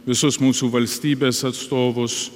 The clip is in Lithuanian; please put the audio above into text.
visus mūsų valstybės atstovus